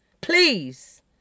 Please